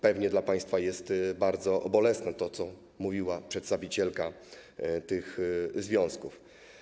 Pewnie dla państwa jest bardzo bolesne to, co mówiła przedstawicielka tych związków.